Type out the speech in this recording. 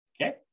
okay